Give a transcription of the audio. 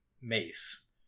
Mace